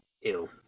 Ew